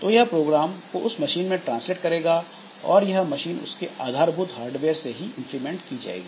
तो यह प्रोग्राम को उस मशीन में ट्रांसलेट करेगा और यह मशीन उसके आधारभूत हार्डवेयर से ही इंप्लीमेंट की जाएगी